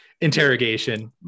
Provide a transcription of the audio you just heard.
interrogation